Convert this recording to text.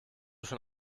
schon